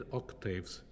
octaves